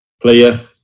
player